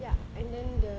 ya and then the